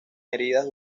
heridas